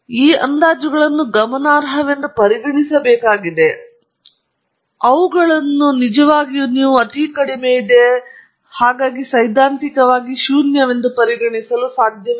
ಈ ಅಂದಾಜುಗಳನ್ನು ಗಮನಾರ್ಹವೆಂದು ಪರಿಗಣಿಸಬೇಕಾಗಿದೆ ಎಂಬ ಅಂಶವನ್ನು ತಿಳಿಸುವ ಮೂಲಕ ಅವುಗಳನ್ನು ನಿಜವಾಗಿಯೂ ನೀವು ಅತೀ ಕಡಿಮೆ ಅಥವಾ ಸೈದ್ಧಾಂತಿಕವಾಗಿ ಶೂನ್ಯವಾಗಿ ಪರಿಗಣಿಸಲು ಸಾಧ್ಯವಿಲ್ಲ